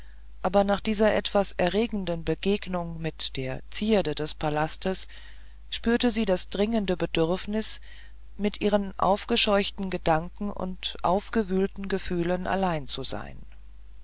aber nach dieser etwas erregenden begegnung mit der zierde des palastes spürte sie das dringende bedürfnis mit ihren aufgescheuchten gedanken und aufgewühlten gefühlen allein zu sein